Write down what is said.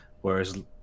Whereas